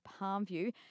Palmview